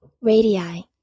Radii